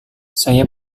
saya